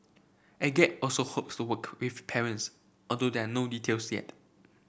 Agape also hopes to work with parents although there are no details yet